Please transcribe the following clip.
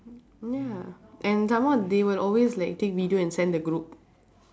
ya and some more they would always like take video and send the group